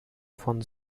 von